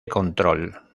control